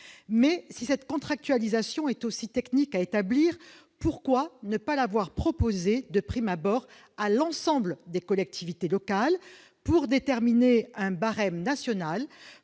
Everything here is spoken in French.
si cette contractualisation est aussi technique à établir, pourquoi ne pas l'avoir proposée de prime abord à l'ensemble des collectivités locales pour déterminer un barème national,